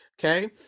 Okay